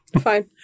Fine